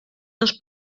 dos